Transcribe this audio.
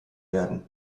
werden